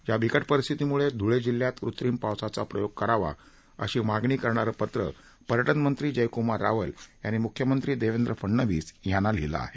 या बिकट परिस्थितीमुळे धुळे जिल्ह्यात कृत्रिम पावसाचा प्रयोग करावा अशी मागणी करणारं पत्र पर्यटन मंत्री जयकुमार रावल यांनी मुख्यमंत्री देवेंद्र फडणवीस यांना लिहिलं आहे